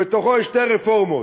ובתוכו יש שתי רפורמות.